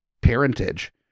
parentage